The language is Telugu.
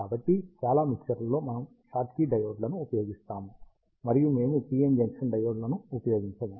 కాబట్టి చాలా మిక్సర్లలో మనము షాట్కీ డయోడ్లను ఉపయోగిస్తాము మరియు మేము PN జంక్షన్ డయోడ్లను ఉపయోగించము